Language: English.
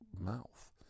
mouth